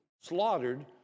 slaughtered